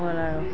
হ'ল আৰু